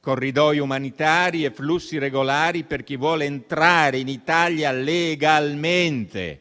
corridoi umanitari e i flussi regolari per chi vuole entrare in Italia legalmente